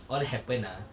all happened ah